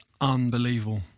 unbelievable